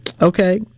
Okay